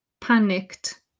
panicked